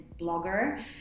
blogger